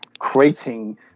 creating